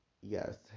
Yes